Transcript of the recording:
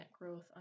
growth